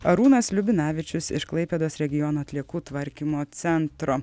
arūnas liubinavičius iš klaipėdos regiono atliekų tvarkymo centro